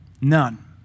None